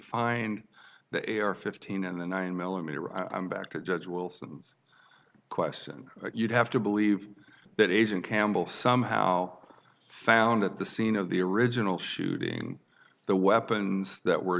find the air fifteen and a nine millimeter i'm back to judge wilson's question you'd have to believe that asian campbell somehow found at the scene of the original shooting the weapons that were